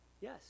Yes